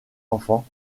enfants